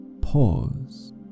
pause